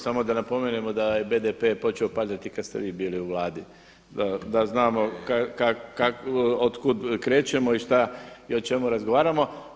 Samo da napomenemo da je BDP-e počeo padati kada ste vi bili u Vladi, da znamo od kud krećemo i što i o čemu razgovaramo.